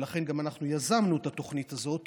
ולכן אנחנו יזמנו את התוכנית הזאת